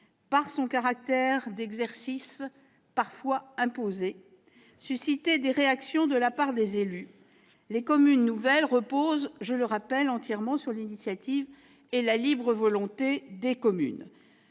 par son caractère d'exercice parfois imposé, susciter des réactions de la part des élus, les communes nouvelles reposent entièrement sur l'initiative et la libre volonté des communes.